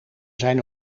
zijn